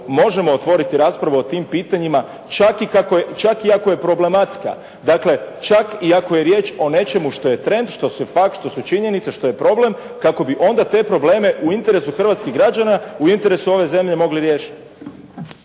možemo otvoriti raspravu o tim pitanjima čak i kako je, čak i ako je problematska. Dakle čak i ako je riječ o nečemu što je trend, što su fakt, što su činjenice, što je problem kako bi onda te probleme u interesu hrvatskih građana, u interesu ove zemlje mogli riješiti.